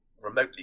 remotely